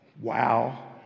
Wow